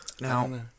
now